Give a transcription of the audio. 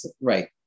right